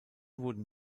wurden